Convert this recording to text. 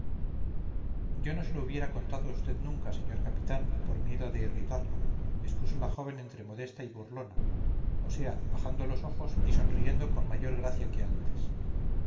yo no se lo hubiera contado a usted nunca señor capitán por miedo de irritarlo expuso la joven entre modesta y burlona o sea bajando los ojos y sonriendo con mayor gracia que antes